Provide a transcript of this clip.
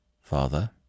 Father